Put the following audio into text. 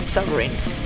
Sovereigns